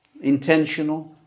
Intentional